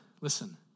listen